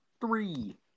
three